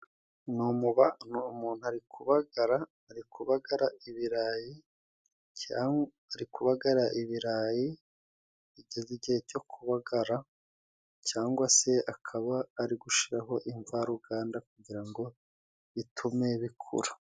Ni umuntu ari kubagara ari kubabagara ibirayi, ari kubagara ibirayi bigeze igihe cyo kubagara. Cyangwa se akaba ari gushiraho imvaruganda kugira ngo bitume bikura.